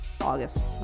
August